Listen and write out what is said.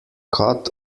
cut